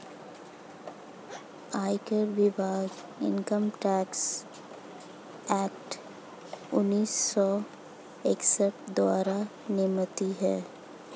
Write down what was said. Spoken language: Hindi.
आयकर विभाग इनकम टैक्स एक्ट उन्नीस सौ इकसठ द्वारा नियमित है